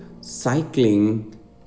cycling